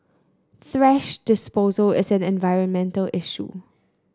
thrash disposal is an environmental issue